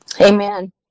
Amen